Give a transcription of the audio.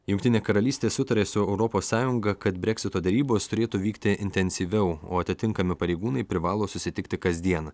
jungtinė karalystė sutarė su europos sąjunga kad breksito derybos turėtų vykti intensyviau o atitinkami pareigūnai privalo susitikti kasdien